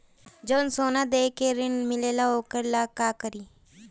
जवन सोना दे के ऋण मिलेला वोकरा ला का करी?